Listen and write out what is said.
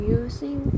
using